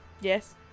Yes